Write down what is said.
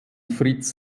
fritz